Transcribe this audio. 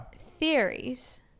theories